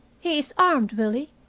he is armed, willie,